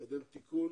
להביא תיקון